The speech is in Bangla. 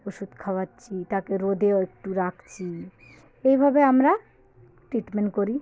ওষুধ খাওয়াচ্ছি তাকে রোদেও একটু রাখছি এইভাবে আমরা ট্রিটমেন্ট করি